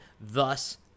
thus